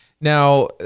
Now